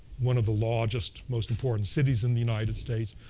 one of the largest, most important cities in the united states,